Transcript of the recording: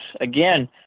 again